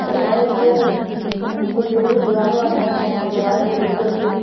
अरे भाई अब वो फूल पत्तियों में जो सजाने वाले हैं वो अपना सजाएँगे लेकर के